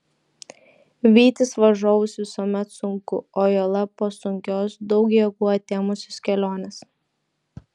vytis varžovus visuomet sunku o juolab po sunkios daug jėgų atėmusios kelionės